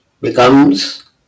becomes